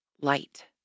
light